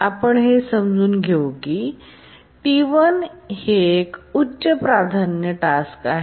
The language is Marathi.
आपण हे समजून घेऊ की T1हे एक उच्च प्राधान्य टास्क आहे